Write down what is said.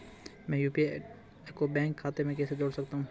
मैं यू.पी.आई को बैंक खाते से कैसे जोड़ सकता हूँ?